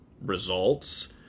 results